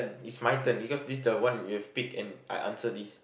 it's my turn because this the one you have pick and I answer this